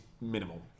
minimal